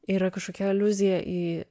yra kažkokia aliuzija į